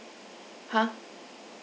!huh!